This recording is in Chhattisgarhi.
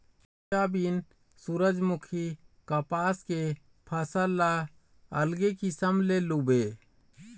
सोयाबीन, सूरजमूखी, कपसा के फसल ल अलगे किसम ले लूबे